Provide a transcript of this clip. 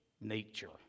nature